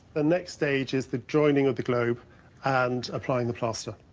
the next stage is the joining of the globe and applying the plaster.